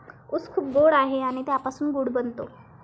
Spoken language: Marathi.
ऊस खूप गोड आहे आणि त्यापासून गूळ बनतो